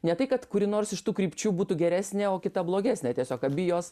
ne tai kad kuri nors iš tų krypčių būtų geresnė o kita blogesnė tiesiog abi jos